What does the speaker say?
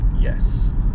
Yes